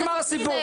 בזה נגמר הסיפור.